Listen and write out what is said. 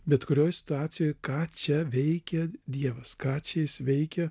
bet kurioj situacijoj ką čia veikia dievas ką čia jis veikia